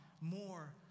more